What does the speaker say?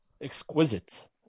exquisite